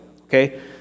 Okay